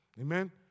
amen